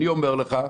אני אומר לך,